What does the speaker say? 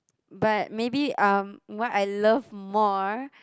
but maybe um what I love more